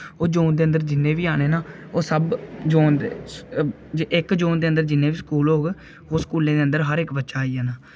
ओह् जोन न दे अन्दर जि'न्ने बी आने ना ओह् सब जोन इक जोन न दे अन्दर जि'न्ने बी स्कूल होग ओह् स्कूलै दे अन्दर हर इक बच्चा आई जाना